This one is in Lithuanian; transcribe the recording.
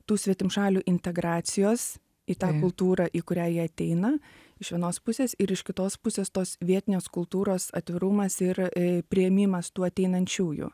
tų svetimšalių integracijos į tą kultūrą į kurią jie ateina iš vienos pusės ir iš kitos pusės tos vietinės kultūros atvirumas ir priėmimas tų ateinančiųjų